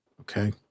Okay